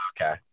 Okay